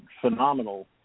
phenomenal